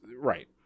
Right